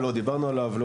לא דיברנו עליו.